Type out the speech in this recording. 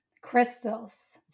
crystals